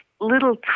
Little